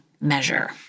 measure